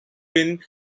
been